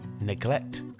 Neglect